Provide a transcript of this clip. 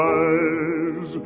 eyes